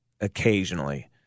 occasionally